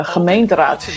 Gemeenteraad